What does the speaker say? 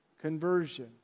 conversion